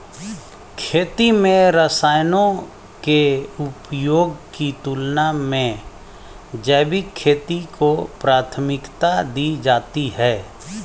खेती में रसायनों के उपयोग की तुलना में जैविक खेती को प्राथमिकता दी जाती है